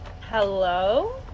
Hello